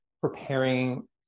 preparing